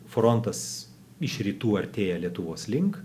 frontas iš rytų artėja lietuvos link